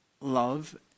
love